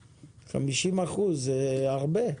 50 אחוזים זה הרבה.